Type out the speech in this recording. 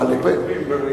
בראייה,